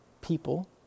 people